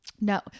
no